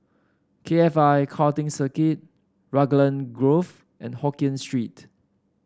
K F I Karting Circuit Raglan Grove and Hokkien Street